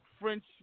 French